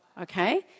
Okay